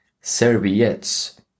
serviettes